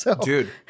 Dude